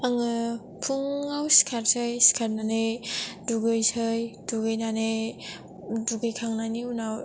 आङो फुङाव सिखारसै सिखारनानै दुगैनोसै दुगैनानै दुगैखांनायनि उनाव